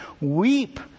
weep